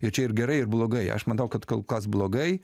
ir čia ir gerai ir blogai aš manau kad kol kas blogai